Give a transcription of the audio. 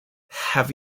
have